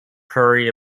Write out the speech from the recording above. prairie